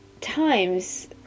times